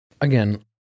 again